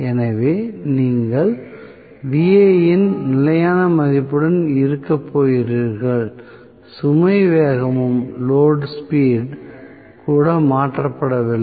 எனவே நீங்கள் Va இன் நிலையான மதிப்புடன் இருக்கப் போகிறீர்கள் சுமை வேகமும் கூட மாற்றப்படவில்லை